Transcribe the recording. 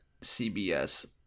CBS